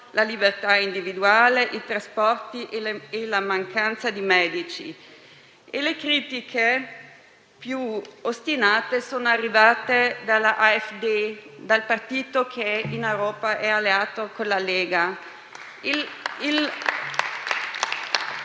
sulla libertà individuale, sui trasporti e sulla mancanza di medici. Le critiche più ostinate sono arrivate dall'AfD, il partito che in Europa è alleato con la Lega.